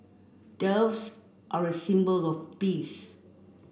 doves are a symbol of peace